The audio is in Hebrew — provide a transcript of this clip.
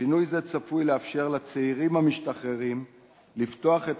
שינוי זה צפוי לאפשר לצעירים המשתחררים לפתוח את